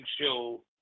Show